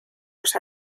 los